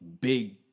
big